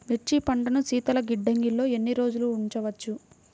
మిర్చి పంటను శీతల గిడ్డంగిలో ఎన్ని రోజులు ఉంచవచ్చు?